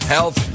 Health